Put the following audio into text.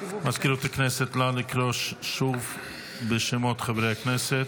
מזכירות הכנסת, נא לקרוא שוב בשמות חברי הכנסת.